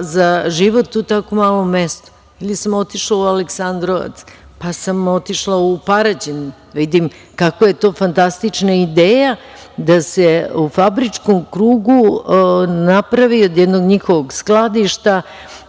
za život u takvom malom mestu. Onda sam otišla u Aleksandrovac, pa sam otišla u Paraćin da vidim kako je to fantastična ideja, da se u fabričkom krugu napravi od jednog njihovog skladišta,